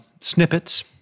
snippets